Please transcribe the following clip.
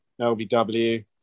LBW